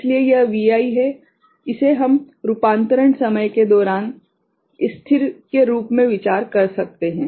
इसलिए यह Vi है इसे हम रूपांतरण समय के दौरान स्थिर के रूप में विचार कर सकते हैं